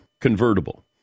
convertible